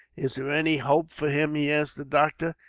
is there any hope for him? he asked the doctor.